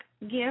gift